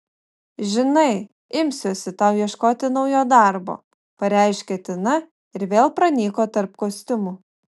žinai imsiuosi tau ieškoti naujo darbo pareiškė tina ir vėl pranyko tarp kostiumų